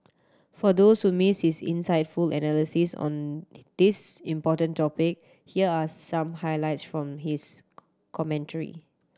for those who miss his insightful analysis on this important topic here are some highlights from his commentary